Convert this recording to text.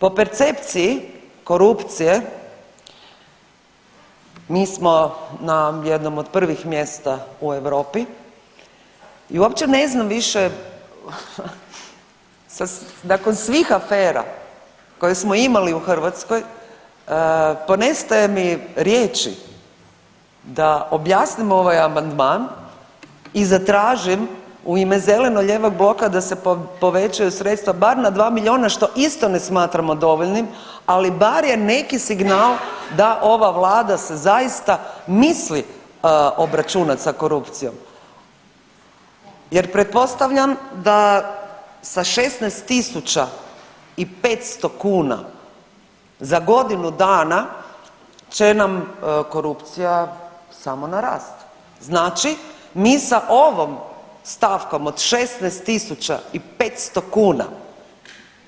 Po percepciji korupcije mi smo na jednom od prvih mjesta u Europi i uopće ne znam više nakon svih afera koje smo imali u Hrvatskoj, ponestaje mi riječi da objasnim ovaj amandman i zatražim u ime zeleno-lijevog bloka da se povećaju sredstva bar na 2 milijuna što isto ne smatramo dovoljnim, ali bar je neki signal da ova Vlada se zaista mislim obračunati sa korupcijom jer pretpostavljam da sa 16 500 kuna za godinu dana će nam korupcija samo narasti, znači mi sa ovom stavkom od 16 500 kuna